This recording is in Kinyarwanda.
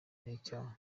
nicyaha